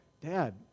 Dad